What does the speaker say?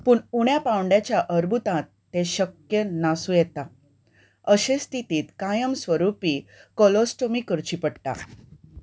पूण उण्या पावंड्याच्या अर्बुतांत तें शक्य नासूं येता अशे स्थितींत कायम स्वरुपी कोलोस्टमी करची पडटा